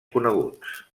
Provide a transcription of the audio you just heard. coneguts